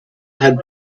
had